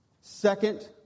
Second